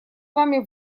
вами